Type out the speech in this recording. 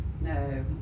no